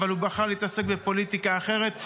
אבל הוא בחר להתעסק בפוליטיקה אחרת.